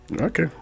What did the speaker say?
okay